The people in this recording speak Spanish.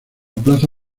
plaza